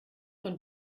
von